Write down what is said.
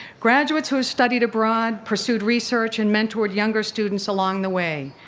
graduates who have studied abroad, pursued research, and mentored younger students along the way.